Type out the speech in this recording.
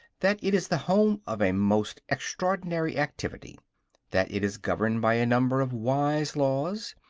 that it is the home of a most extraordinary activity that it is governed by a number of wise laws,